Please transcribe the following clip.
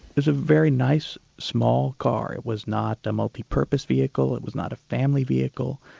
it was a very nice, small car. it was not a multi-purpose vehicle, it was not a family vehicle,